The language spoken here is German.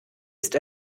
ist